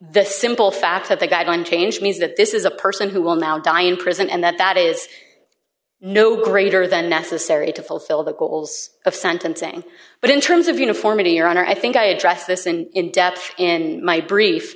the simple fact that the guidelines change means that this is a person who will now die in prison and that that is no greater than necessary to fulfill the goals of sentencing but in terms of uniformity your honor i think i address this in depth in my brief